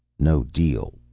no deal,